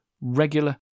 regular